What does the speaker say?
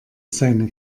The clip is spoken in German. seine